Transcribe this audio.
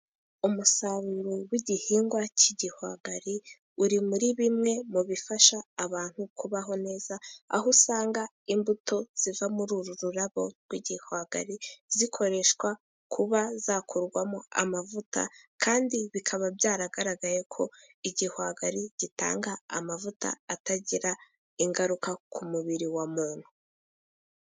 Umusaruro w'igihingwa cy'igihwagari uri muri bimwe mu bifasha abantu kubaho neza , aho usanga imbuto ziva muri uru rurabo rw'igihwagari zikoreshwa kuba zakorwamo amavuta . Kandi bikaba byaragaragaye ko igihwagari gitanga amavuta atagira ingaruka ku mubiri wa muntu.